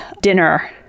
dinner